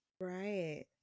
Right